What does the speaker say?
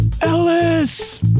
Ellis